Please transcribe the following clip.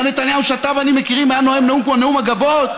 נתניהו שאתה ואני מכירים היה נואם נאום כמו נאום הגבות?